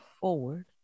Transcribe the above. forward